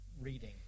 reading